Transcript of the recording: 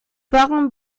warum